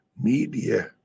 media